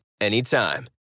anytime